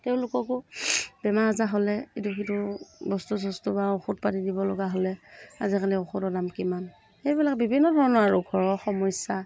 তেওঁলোককো বেমাৰ আজাৰ হ'লে ইটো সিটো বস্তু বা ঔষধ পাতি দিব লগা হ'লে আজিকালি ঔষধৰ দাম কিমান সেইবিলাক বিভিন্ন ধৰণৰ আৰু ঘৰৰ সমস্যা